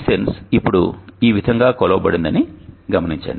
VSENSE ఇప్పుడు ఈ విధంగా కొలవబడిందని గమనించండి